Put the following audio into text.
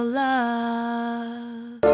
love